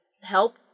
help